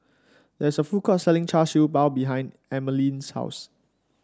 there is a food court selling Char Siew Bao behind Emmaline's house